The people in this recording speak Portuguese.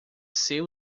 ser